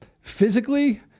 physically